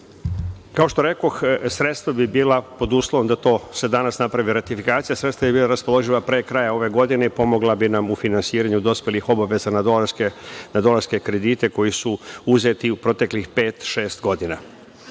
što rekoh, sredstva bi bila, pod uslovom da se danas napravi ratifikacija, sredstva bi bila raspoloživa pre kraja ove godine i pomogla bi nam u finansiranju dospelih obaveza na dolarske kredite koji su uzeti u proteklih pet, šest